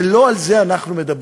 ולא על זה אנחנו מדברים.